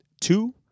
two